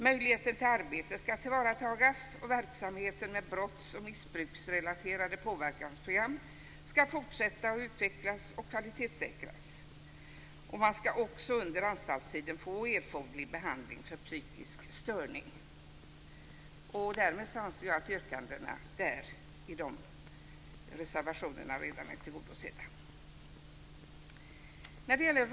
Möjligheter till arbete skall tillvaratas och verksamheten med brotts och missbruksrelaterade påverkansprogram skall fortsätta att utvecklas och kvalitetssäkras. Man skall också under anstaltstiden få erforderlig behandling för psykisk störning. Därmed anser jag att yrkandena i dessa reservationer redan är tillgodosedda.